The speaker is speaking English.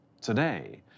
today